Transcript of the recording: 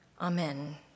Amen